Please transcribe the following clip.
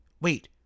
Wait